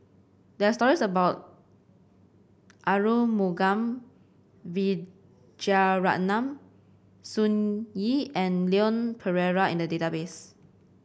there are stories about Arumugam Vijiaratnam Sun Yee and Leon Perera in the database